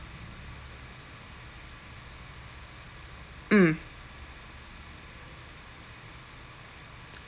mm